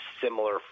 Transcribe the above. similar